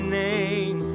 name